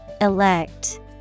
Elect